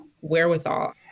wherewithal